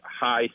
high